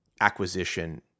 acquisition